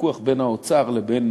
הוויכוח בין האוצר לבין